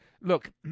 look